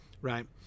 right